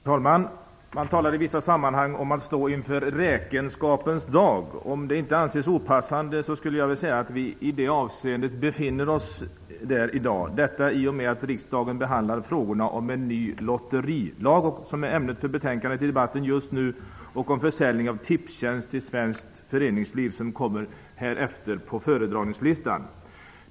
Herr talman! Man talar i vissa sammanhang om att stå inför räkenskapens dag. Om det inte anses opassande, skulle jag vilja säga att vi i det avseendet befinner oss där i dag. Riksdagen behandlar nu frågorna om en ny lotterilag, och det är ämnet för det betänkande som debatteras nu. Nästa ärende på föredragningslistan är försäljning av AB Tipstjänst till svenskt föreningsliv.